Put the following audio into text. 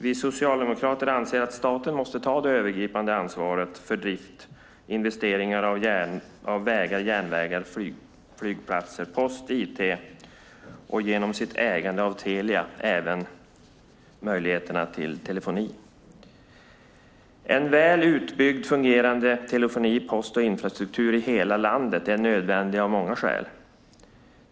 Vi socialdemokrater anser att staten måste ta det övergripande ansvaret för drift av och investeringar i vägar, järnvägar, flygplatser, post och IT och genom sitt ägande av Telia även till möjligheterna till telefoni. En väl utbyggd, fungerande telefoni och postinfrastruktur i hela landet är nödvändig av många skäl.